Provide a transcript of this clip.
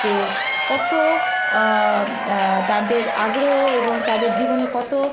যে কতো তাদের আগ্রহ এবং তাদের জীবনে কতো